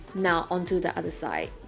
now on to the other side